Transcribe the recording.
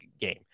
game